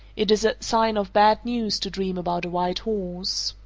it is a sign of bad news to dream about a white horse.